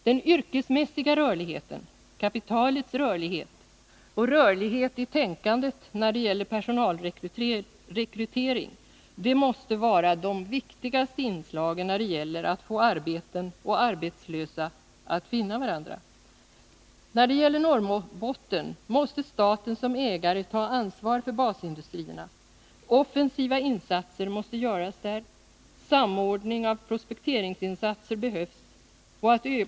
Den yrkesmässiga rörligheten, kapitalets rörlighet och rörlighet i tänkandet när det gäller personalrekrytering måste vara de viktigaste inslagen för att få arbeten och arbetslösa att nå varandra. När det gäller Norrbotten måste staten som ägare ta ansvar för basindustrierna. Offensiva insatser måste göras där. Samordning av prospekteringsinsatser behövs.